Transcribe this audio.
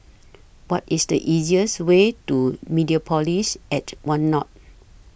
What IS The easiest Way to Mediapolis At one North